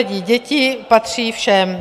Děti patří všem.